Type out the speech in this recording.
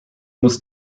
muss